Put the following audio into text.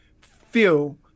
feel